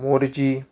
Morjim